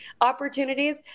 opportunities